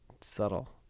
subtle